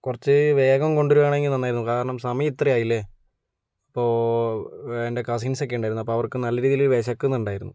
കുറച്ച് വേഗം കൊണ്ടു വരികയാണെങ്കിൽ നന്നായിരുന്നു കാരണം സമയം ഇത്രയും ആയില്ലേ അപ്പോൾ എൻ്റെ കസിൻസൊക്കെ ഉണ്ടായിരുന്നു അപ്പോൾ അവർക്ക് നല്ല രീതില് വിശക്കുന്നുണ്ടായിരുന്നു